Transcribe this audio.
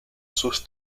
sus